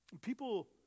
People